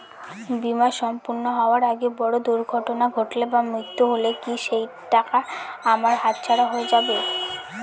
বীমা সম্পূর্ণ হওয়ার আগে বড় দুর্ঘটনা ঘটলে বা মৃত্যু হলে কি সেইটাকা আমার হাতছাড়া হয়ে যাবে?